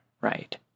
right